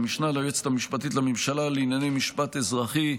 משנה ליועצת המשפטית לממשלה לענייני משפט אזרחי,